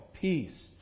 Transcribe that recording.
peace